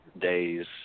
days